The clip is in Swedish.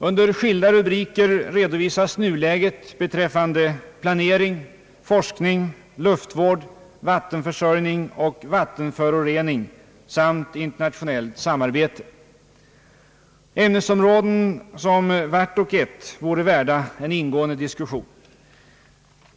Under skilda rubriker redovisas nuläget beträfffande planering, forskning, luftvård, vattenförsörjning och vattenförorening samt iniernationellt samarbete ämnesområden som vart och ett vore värda en ingående diskussion.